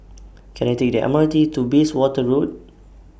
Can I Take The M R T to Bayswater Road